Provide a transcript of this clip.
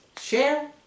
share